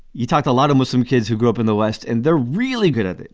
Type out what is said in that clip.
you talk to a lot of muslim kids who grew up in the west and they're really good at it.